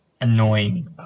Annoying